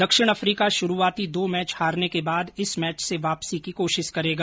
दक्षिण अफ्रीका शुरुआती दो मैच हारने को बाद इस मैच से वापसी की कोशिश करेगा